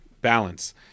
balance